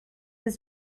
his